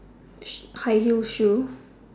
sh high heel shoe